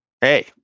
Hey